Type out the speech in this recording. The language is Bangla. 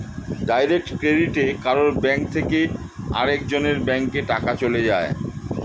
ডাইরেক্ট ক্রেডিটে কারুর ব্যাংক থেকে আরেক জনের ব্যাংকে টাকা চলে যায়